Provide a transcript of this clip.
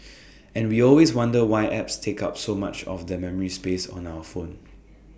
and we always wonder why apps take up so much of the memory space on our phone